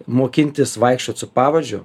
mokintis vaikščiot su pavadžiu